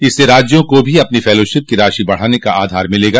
इससे राज्यों को भी अपनी फेलोशिप की राशि बढ़ाने का आधार मिलेगा